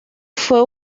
fue